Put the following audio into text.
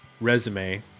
resume